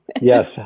Yes